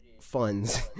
funds